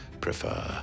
prefer